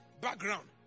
Background